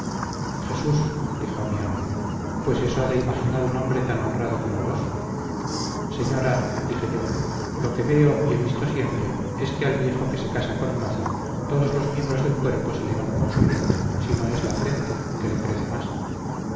jesús dijo mi ama pues eso ha de imaginar un hombre tan honrado como vos señora dije yo lo que veo y he visto siempre es que al viejo que se casa con moza todos los miembros del cuerpo se le van consumiendo sino es la frente que le crece más